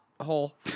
hole